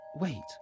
Wait